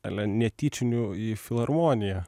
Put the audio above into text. ale netyčinių į filharmoniją